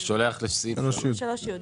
קרן: 3(י).